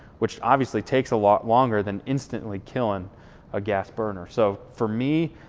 which obviously takes a lot longer than instantly killing a gas burner. so for me,